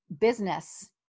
business